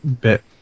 Bit